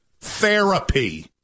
therapy